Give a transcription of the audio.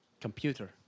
Computer